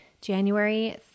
January